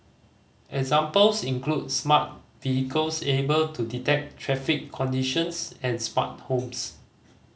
examples include smart vehicles able to detect traffic conditions and smart homes